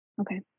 Okay